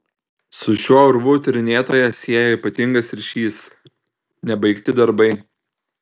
su šiuo urvu tyrinėtoją sieja ypatingas ryšys nebaigti darbai